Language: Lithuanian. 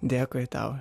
dėkui tau